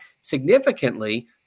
Significantly